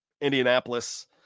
Indianapolis